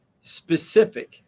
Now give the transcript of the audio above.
specific